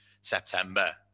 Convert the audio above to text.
September